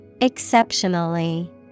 Exceptionally